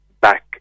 back